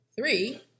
three